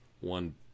one